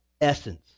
essence